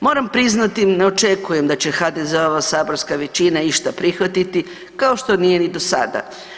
Moram priznati, ne očekujem da će HDZ-ova saborska većina išta prihvatiti, kao što nije do sada.